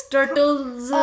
Turtles